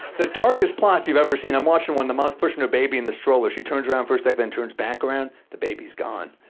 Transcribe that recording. the darkest plots you've ever seen, i'm watching one, the mom's pushing her baby in the stroller. she turns around for a sec then turns back back around. the baby's gone.